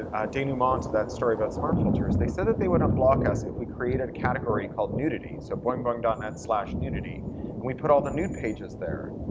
ah denouement to that story about smartfilter is that they said that they would unblock us if we created a category called nudity. so boingboing dot net slash nudity and we put all the nude pages there,